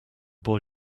boy